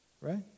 Right